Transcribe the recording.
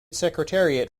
secretariat